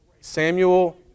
Samuel